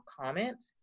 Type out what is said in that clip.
comment